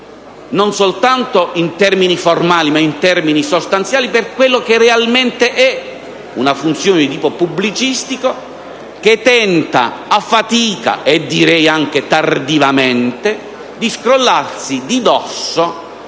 non soltanto in termini formali ma sostanziali, per quel che realmente è: una funzione di tipo pubblicistico che tenta a fatica - e direi anche tardivamente - di scrollarsi di dosso